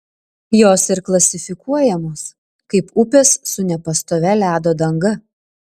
jos ir klasifikuojamos kaip upės su nepastovia ledo danga